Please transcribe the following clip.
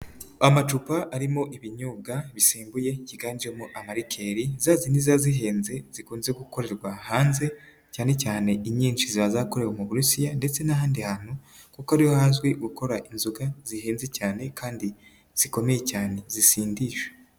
Amacupa arimo ibinyobwa bisembuye higanjemo amarikeri zazindi ziba zihenze zikunze gukorerwa hanze, cyane cyane inyinshi ziba zakorewe mu Burusiya ndetse n'ahandi hantu, kuko ariho hazwi gukora inzoga zihenze cyane kandi, zikomeye cyane zisindisha.